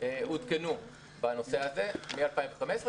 עודכנו בנושא הזה מ-2015,